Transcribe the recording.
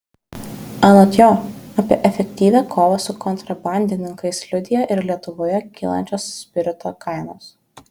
anot jo apie efektyvią kovą su kontrabandininkais liudija ir lietuvoje kylančios spirito kainos